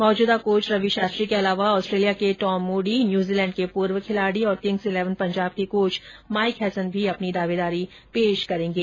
मौजूदा कोच रवि शास्त्री के अलावा ऑस्ट्रेलिया के टॉम मूडी न्यूजीलैंड के पूर्व खिलाड़ी और किंग्स इलेवन पंजाब के कोच माइक हैसन भी अपनी दावेदारी पेश करेंगे